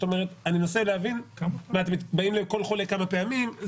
אני מנסה להבין אתם באים לכל חולה כמה פעמים?